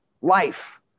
life